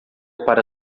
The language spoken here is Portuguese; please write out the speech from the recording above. para